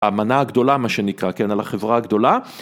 המנה הגדולה מה שנקרא כן על החברה הגדולה.